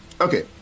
Okay